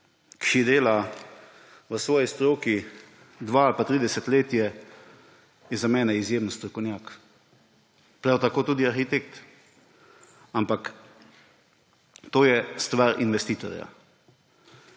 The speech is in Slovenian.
ki dela v svoji stroki dve ali tri desetletja, je za mene izjemen strokovnjak, prav tako tudi arhitekt, ampak to je stvar investitorja.